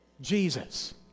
Jesus